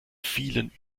vielen